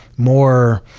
more,